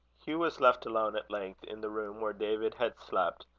hugh was left alone at length, in the room where david had slept,